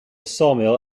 sawmill